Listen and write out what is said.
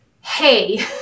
hey